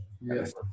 Yes